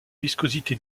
viscosité